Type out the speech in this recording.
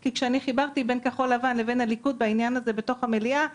כי כשאני חיברתי בין כחול לבן לבין הליכוד בעניין הזה בתוך המליאה,